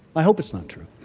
i hope it's not true.